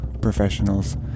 professionals